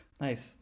Nice